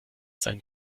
sein